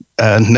no